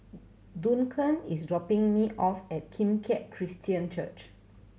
Duncan is dropping me off at Kim Keat Christian Church